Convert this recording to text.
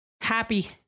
happy